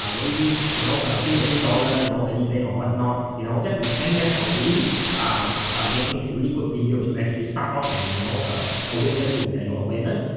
um maybe, you know, a few few dollars, you know, everyday or whatnot, you know? just to thank them for really making these really good videos to actually start off and you know awaken you and your awareness.